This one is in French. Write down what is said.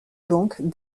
banques